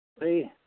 ꯂꯩ